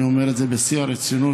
אני אומר את זה בשיא הרצינות,